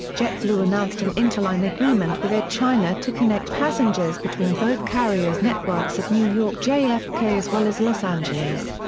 jetblue announced an interline agreement with air china to connect passengers between both carrier's networks at new york-jfk as well as los angeles.